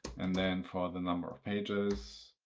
and then for the number of pages,